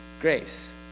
grace